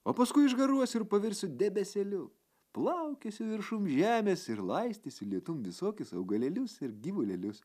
o paskui išgaruosiu ir pavirsiu debesėliu plaukiosiu viršum žemės ir laistysiu lietum visokius augalėlius ir gyvulėlius